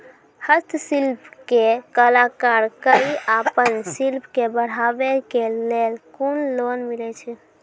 हस्तशिल्प के कलाकार कऽ आपन शिल्प के बढ़ावे के लेल कुन लोन मिलै छै?